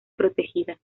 protegida